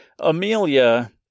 Amelia